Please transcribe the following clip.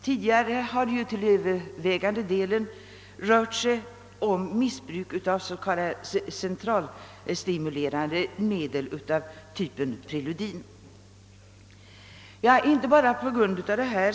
Tidigare har det ju till övervägande del rört sig om missbruk av s.k. centralstimulerande medel av typen preludin.